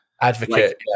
advocate